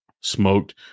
smoked